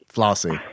Flossy